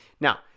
Now